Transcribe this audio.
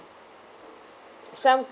so